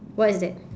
what is that